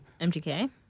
mgk